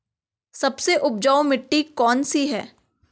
सबसे उपजाऊ मिट्टी कौन सी है?